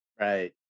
Right